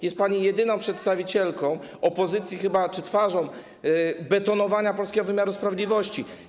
Jest pani chyba jedyną przedstawicielką opozycji czy też jedyną twarzą betonowania polskiego wymiaru sprawiedliwości.